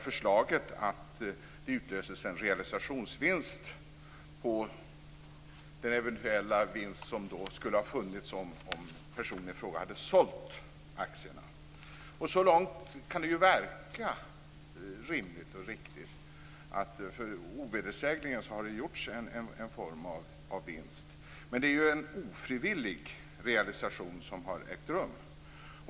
Förslaget är att det utlöses en realisationsvinst, den eventuella vinst som skulle ha funnits om personen i fråga hade sålt aktierna. Så långt kan det verka rimligt och riktigt. Ovedersägligen har det gjorts en form av vinst, men det är en ofrivillig realisation som har ägt rum.